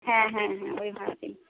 হ্যাঁ হ্যাঁ হ্যাঁ ওইভাবেই